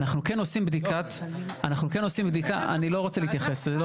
אנחנו כן עושים בדיקה, אני לא רוצה להתייחס.